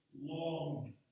long